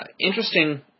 interesting